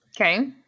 Okay